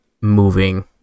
moving